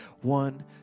One